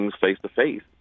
face-to-face